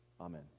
Amen